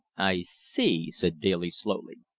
i see, said daly slowly.